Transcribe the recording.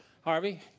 Harvey